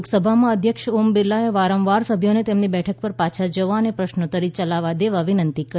લોકસભામાં અધ્યક્ષ ઓમ બિરલાએ વારંવાર સભ્યોને તેમની બેઠકો પર પાછા જવા અને પ્રશ્નોત્તરી યાલવા દેવા વિનંતી કરી